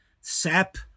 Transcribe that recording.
sap